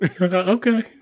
Okay